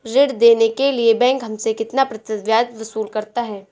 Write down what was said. ऋण देने के लिए बैंक हमसे कितना प्रतिशत ब्याज वसूल करता है?